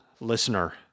listener